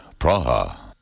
Praha